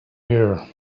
here